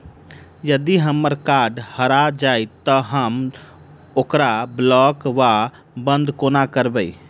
यदि हम्मर कार्ड हरा जाइत तऽ हम ओकरा ब्लॉक वा बंद कोना करेबै?